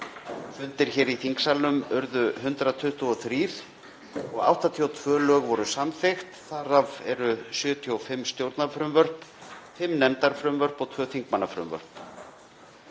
Fundir hér í þingsalnum urðu 123 og 82 lög voru samþykkt. Þar af eru 75 stjórnarfrumvörp, fimm nefndarfrumvörp og tvö þingmannafrumvörp.